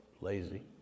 lazy